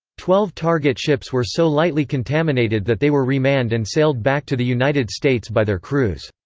twelve target ships were so lightly contaminated that they were remanned and sailed back to the united states by their crews.